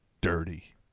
dirty